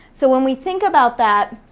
so when we think about that,